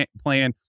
plan